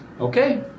Okay